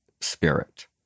spirit